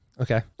Okay